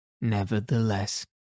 nevertheless